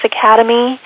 Academy